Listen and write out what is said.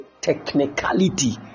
technicality